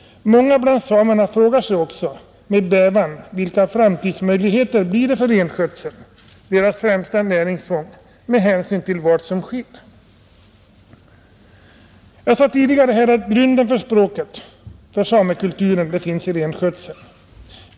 Många bland samerna frågar sig också med bävan vilka framtidsmöjligheterna blir för renskötseln — deras främsta näringsfång — med hänsyn till vad som sker. Jag sade tidigare att grunden för språket, för samekulturen, finns i renskötseln.